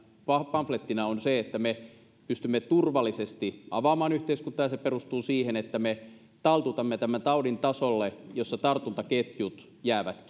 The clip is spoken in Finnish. pamflettina on se että me pystymme turvallisesti avaamaan yhteiskuntaa ja se perustuu siihen että me taltutamme tämän taudin tasolle jossa tartuntaketjut jäävät